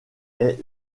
est